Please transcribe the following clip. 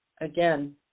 again